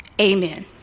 amen